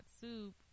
soup